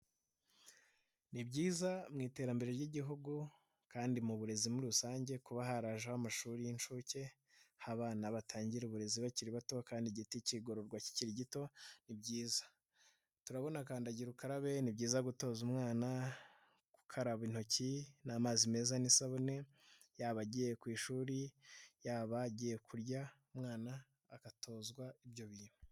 Ni byiza mu iterambere ry'igihugu kandi mu burezi muri rusange kuba harajeho amashuri y'incuke, aho abana batangira uburezi bakiri bato kandi igiti kigororwa kikiri gito, ni byiza. Turabonakandagira ukararabe ni byiza gutoza umwana gukaraba intoki n'amazi meza n'isabune yaba agiye ku ishuri, yaba agiye kurya umwana agatozwa ibyo bintu.